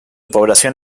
población